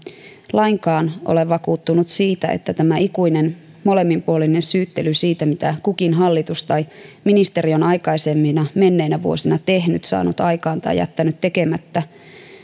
lainkaan ole vakuuttunut siitä että tämä ikuinen molemminpuolinen syyttely siitä mitä kukin hallitus tai ministeriö on aikaisempina menneinä vuosina tehnyt saanut aikaan tai jättänyt tekemättä